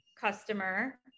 customer